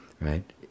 Right